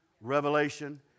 revelation